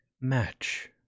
Match